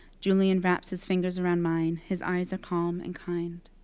julian wraps his fingers around mine. his eyes are calm and kind.